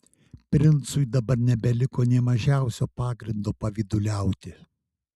princui dabar nebeliko nė mažiausio pagrindo pavyduliauti